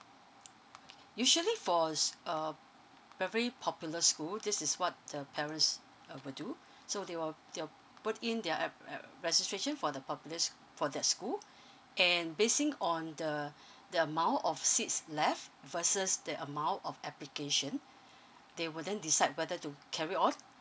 usually for s~ uh very popular school this is what the parents uh will do so they will they will put in their err err registration for the popular s~ for that school and basing on the the amount of seats left versus the amount of application they will then decide whether to carry on